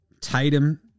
Tatum